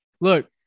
look